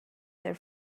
their